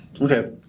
Okay